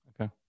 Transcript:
Okay